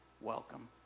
welcome